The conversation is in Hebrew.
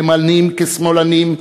ימניים כשמאלנים,